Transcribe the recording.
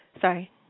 sorry